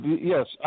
Yes